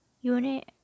unit